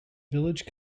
village